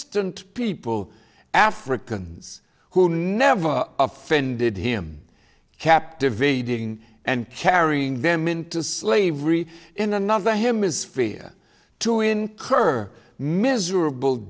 distant people africans who never offended him captivating and carrying them into slavery in another him is fear to incur miserable